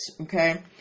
Okay